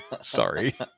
sorry